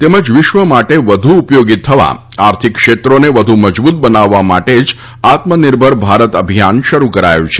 તેમજ વિશ્વ માટે વધુ ઉપયોગી થવા આર્થિક ક્ષેત્રોને વધુ મજબૂત બનાવવા માટે જ આત્મનિર્ભર ભારત અભિયાન શરૂ કરાયું છે